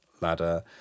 ladder